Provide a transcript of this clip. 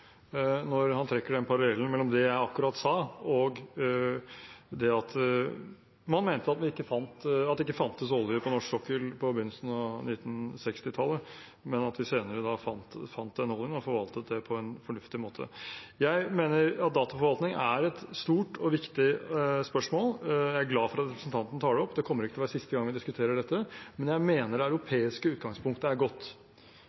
når han trekker den parallellen mellom det jeg akkurat sa, og det at man mente at det ikke fantes olje på norsk sokkel på begynnelsen av 1960-tallet, men at vi senere fant den oljen og forvaltet den på en fornuftig måte. Jeg mener at dataforvaltning er et stort og viktig spørsmål. Jeg er glad for at representanten tar det opp, og det kommer ikke til å være siste gang vi diskuterer dette. Men jeg mener det